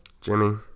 Jimmy